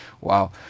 Wow